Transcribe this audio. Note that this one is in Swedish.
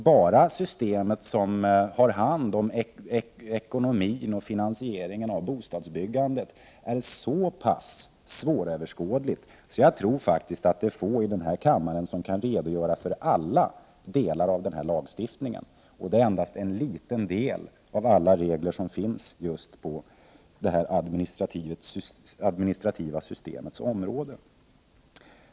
Bara systemet för finansiering av bostadsbyggandet är så pass svåröverskådligt, att jag tror att det är mycket få i denna kammare som kan redogöra för alla delar av denna lagstiftning. Och ändå är detta bara en liten del av alla regler i detta administrativa system.